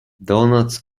doughnuts